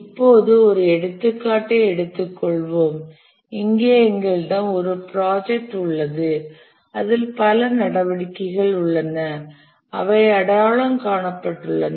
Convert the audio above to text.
இப்போது ஒரு எடுத்துக்காட்டை எடுத்துக்கொள்வோம் இங்கே எங்களிடம் ஒரு ப்ராஜெக்ட் உள்ளது அதில் பல நடவடிக்கைகள் உள்ளன அவை அடையாளம் காணப்பட்டுள்ளன